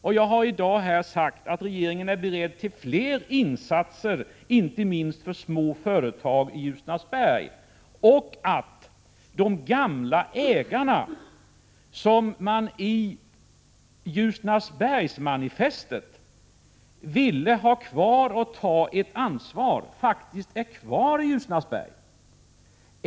Jag har här i dag sagt att regeringen är beredd att göra fler insatser, inte minst för småföretag i Ljusnarsberg, och att de gamla ägarna, som man i Ljusnarsbergsmanifestet ville ha kvar och att de skulle ta ett ansvar, faktiskt är kvar i Ljusnarsberg.